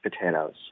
potatoes